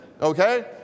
okay